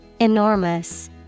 Enormous